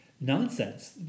nonsense